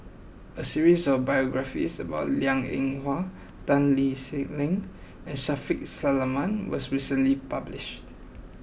a series of Biographies about Liang Eng Hwa Tan Lee Leng and Shaffiq Selamat was recently published